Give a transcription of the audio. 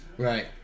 Right